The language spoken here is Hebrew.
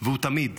והוא תמיד,